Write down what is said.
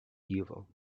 evil